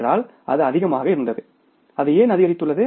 என்றால் அது அதிகமாக இருந்தது அது ஏன் அதிகரித்துள்ளது